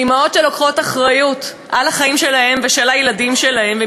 אימהות לוקחות אחריות על החיים שלהן ושל הילדים שלהן,